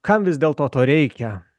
kam vis dėlto to reikia